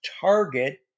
target